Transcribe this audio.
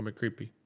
um creepy.